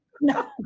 No